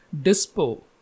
Dispo